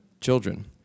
children